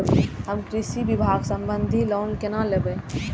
हम कृषि विभाग संबंधी लोन केना लैब?